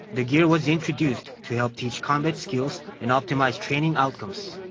the gear was introduced to help teach combat skills and optimize training outcomes. and